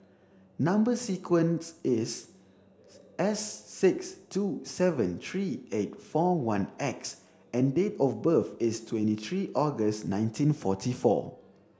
number sequence is S six two seven three eight four one X and date of birth is twenty three August nineteen forty four